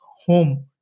home